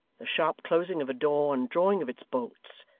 the sharp closing of a door and drawing of its bolts,